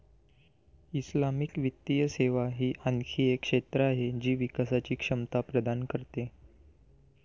Islamic वित्तीय सेवा ही आणखी एक क्षेत्र आहे जी विकासची क्षमता प्रदान करते